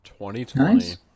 2020